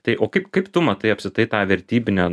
tai o kaip kaip tu matai apskritai tą vertybinę